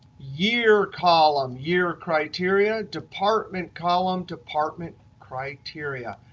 year column, year criteria, department column, department criteria.